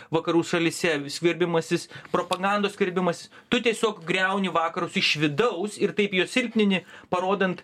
vakarų šalyse skverbimasis propagandos skverbimas tu tiesiog griauni vakarus iš vidaus ir taip juos silpnini parodant